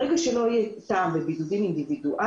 ברגע שלא יהיה טעם בבידודים אינדיבידואליים